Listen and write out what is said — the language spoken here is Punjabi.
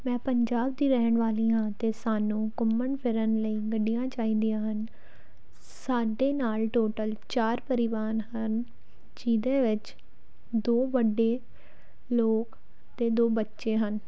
ਮੈਂ ਪੰਜਾਬ ਦੀ ਰਹਿਣ ਵਾਲੀ ਹਾਂ ਅਤੇ ਸਾਨੂੰ ਘੁੰਮਣ ਫਿਰਨ ਲਈ ਗੱਡੀਆਂ ਚਾਹੀਦੀਆਂ ਹਨ ਸਾਡੇ ਨਾਲ ਟੋਟਲ ਚਾਰ ਪਰਿਵਾਰ ਹਨ ਜਿਹਦੇ ਵਿੱਚ ਦੋ ਵੱਡੇ ਲੋਕ ਅਤੇ ਦੋ ਬੱਚੇ ਹਨ